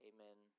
Amen